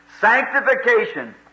sanctification